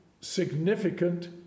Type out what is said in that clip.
significant